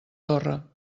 torre